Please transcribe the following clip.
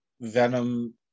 Venom